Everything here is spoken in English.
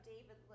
David